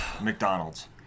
McDonald's